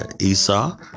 Esau